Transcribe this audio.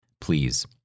Please